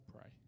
pray